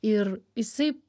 ir jisai